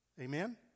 Amen